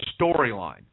storyline